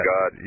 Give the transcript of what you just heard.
God